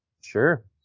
sure